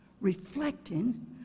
reflecting